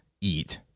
eat